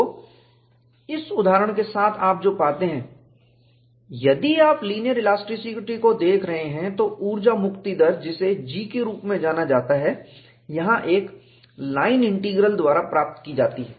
तो इस उदाहरण के साथ आप जो पाते हैं यदि आप लीनियर इलास्टिसिटी को देख रहे हैं तो ऊर्जा मुक्ति दर जिसे G के रूप में जाना जाता है यहां एक लाइन इंटीग्रल द्वारा प्राप्त की जाती है